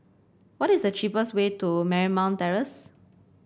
what is the cheapest way to Marymount Terrace